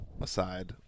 aside